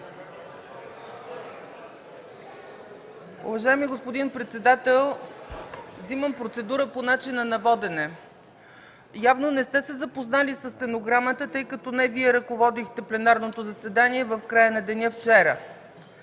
Уважаеми господин председател, взимам процедура по начина на водене. Явно не сте се запознали със стенограмата, тъй като не Вие ръководехте пленарното заседание в края на деня вчера.